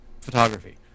Photography